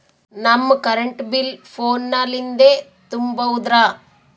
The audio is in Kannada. ನಮ್ ಕರೆಂಟ್ ಬಿಲ್ ಫೋನ ಲಿಂದೇ ತುಂಬೌದ್ರಾ?